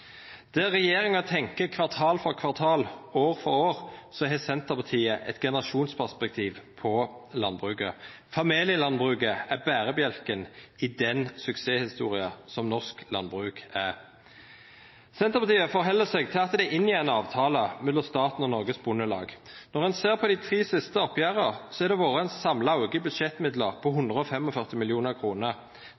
Der regjeringa tenkjer kvartal for kvartal, år for år, har Senterpartiet eit generasjonsperspektiv på landbruket. Familielandbruket er bærebjelken i den suksesshistoria som norsk landbruk er. Senterpartiet held seg til at det er inngått ein avtale mellom staten og Noregs Bondelag. Når ein ser på dei tre siste oppgjera, har det vore ein samla auke i budsjettmidlar på